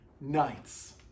nights